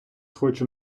хочу